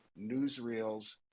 newsreels